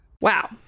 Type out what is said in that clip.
wow